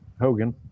Hogan